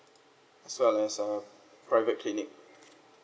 as well as a private clinic